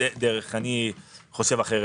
אני חושב אחרת.